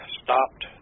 stopped